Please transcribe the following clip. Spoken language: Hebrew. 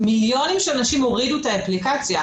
מיליונים של אנשים הורידו את האפליקציה,